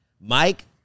Mike